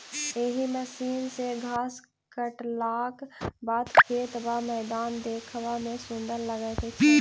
एहि मशीन सॅ घास काटलाक बाद खेत वा मैदान देखबा मे सुंदर लागैत छै